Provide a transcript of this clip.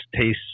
tastes